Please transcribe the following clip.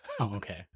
okay